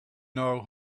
know